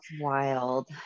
wild